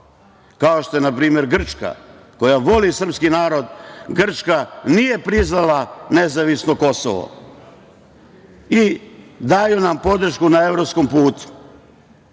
kao što je na primer Grčka, koja voli srpski narod. Grčka nije priznala nezavisno Kosovo, i daju nam podršku na evropskom putu.